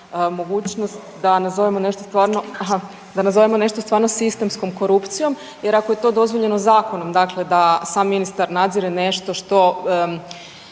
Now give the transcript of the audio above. da nazovemo nešto stvarno sistemskom korupcijom jer ako je to dozvoljeno zakonom da sam ministar nadzire nešto što